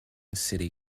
city